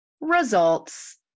Results